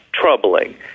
troubling